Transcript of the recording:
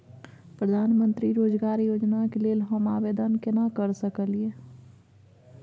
प्रधानमंत्री रोजगार योजना के लेल हम आवेदन केना कर सकलियै?